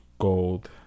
gold